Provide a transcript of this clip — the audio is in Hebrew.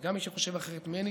וגם מי שחושב אחרת ממני